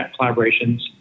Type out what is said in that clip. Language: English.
collaborations